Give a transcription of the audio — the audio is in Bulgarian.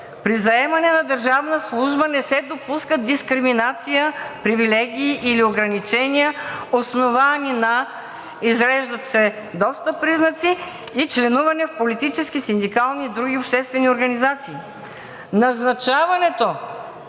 на държавна служба не се допускат дискриминация, привилегии или ограничения, основани на.... – изреждат се доста признаци – и членуване в политически, синдикални и други обществени организации“.